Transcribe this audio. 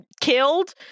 killed